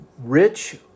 Rich